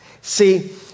See